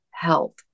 Health